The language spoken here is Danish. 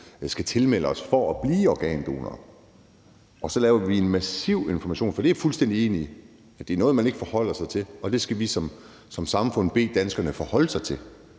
skal tilmelde sig for at blive organdonor. Så laver vi en massiv information, for jeg er fuldstændig enig i, at det er noget, man ikke forholder sig til. Det skal vi som samfund bede danskerne forholde sig til,